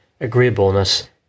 agreeableness